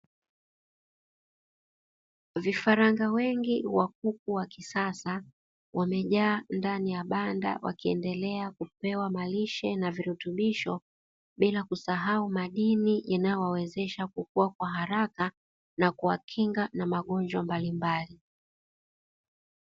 Vifaranga wengi wa kuku wa kisasa wamejaa ndani ya banda wakiendelea kupewa malishe na virutubisho, bila kusahau madini yanayowawezesha kukua kwa haraka na kuwakinga na magonjwa mbalimbali.